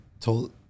told